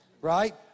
right